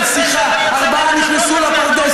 סליחה: ארבעה נכנסו לפרדס,